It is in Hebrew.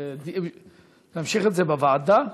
להמשיך את זה בוועדה?